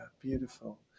beautiful